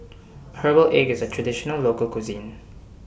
Herbal Egg IS A Traditional Local Cuisine